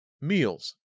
Meals